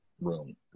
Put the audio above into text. room